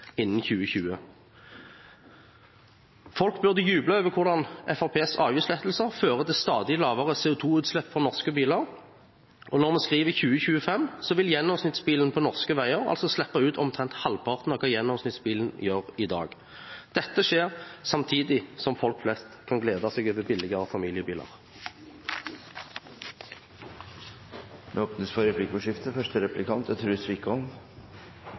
innen 2020. Folk burde juble over hvordan Fremskrittspartiets avgiftslettelser fører til stadig lavere CO 2 -utslipp fra norske biler. Når vi skriver 2025, vil gjennomsnittsbilen på norske veier slippe ut omtrent halvparten av hva gjennomsnittsbilen gjør i dag. Dette skjer samtidig som folk flest kan glede seg over billigere familiebiler. Det blir replikkordskifte. Siden vi ikke fikk muligheten i forrige runde, får vi ta opp igjen diskusjonen rundt partiet for